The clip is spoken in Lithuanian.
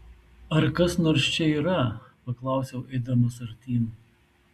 ar kas nors čia yra paklausiau eidamas artyn